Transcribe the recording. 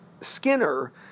Skinner